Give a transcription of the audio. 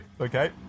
Okay